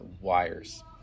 wires